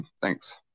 thanks